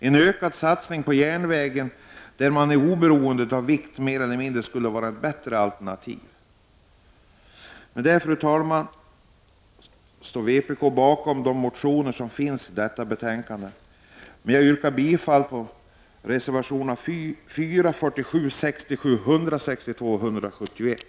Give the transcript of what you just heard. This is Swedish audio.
En ökad satsning på järnvägen, där man är mer eller mindre oberoende av vikten, skulle vara ett bättre alternativ. Fru talman! Med dessa synpunkter står v bakom de motioner som finns i detta betänkande. Men jag yrkar bifall endast till reservationerna 4, 47, 67, 162 och 171.